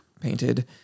painted